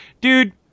Dude